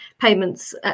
payments